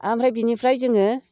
ओमफ्राय बेनिफ्राय जोङो